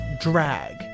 drag